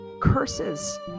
Curses